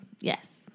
Yes